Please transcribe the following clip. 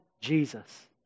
Jesus